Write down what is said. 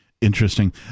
Interesting